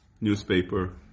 newspaper